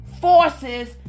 forces